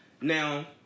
Now